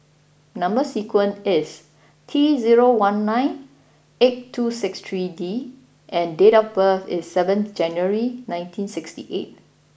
number sequence is T zero one nine eight two six three D and date of birth is seventh January nineteen sixty eight